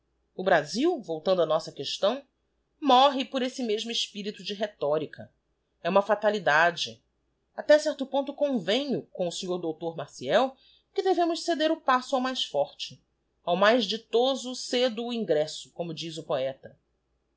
o brasil voltando á nossa questão morre por esse mesmo espirito de rhetorica e uma fatalidade até certo ponto convenho com o sr dr maciel que devemos ceder o passo ao mais forte ao mais ditoso cedo o ingresso como diz o poeta